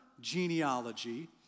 genealogy